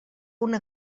una